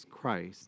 Christ